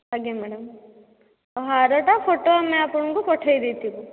ଆଜ୍ଞା ମ୍ୟାଡ଼ମ୍ ଆଉ ହାରଟା ଫୋଟୋ ଆମେ ଆପଣଙ୍କୁ ପଠାଇଦେଇଥିବୁ